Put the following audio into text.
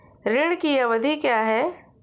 ऋण की अवधि क्या है?